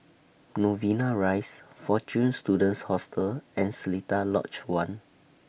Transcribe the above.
Novena Rise Fortune Students Hostel and Seletar Lodge one